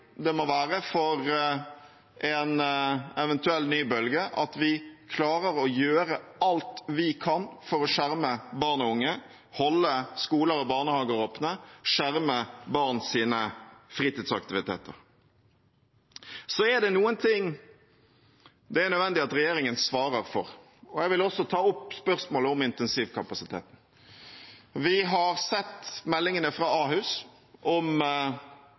klarer å gjøre alt vi kan for å skjerme barn og unge, holde skoler og barnehager åpne, skjerme barns fritidsaktiviteter. Så er det noen ting det er nødvendig at regjeringen svarer for, og jeg vil også ta opp spørsmålet om intensivkapasiteten. Vi har sett meldingene fra Ahus om